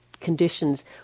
conditions